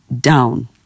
down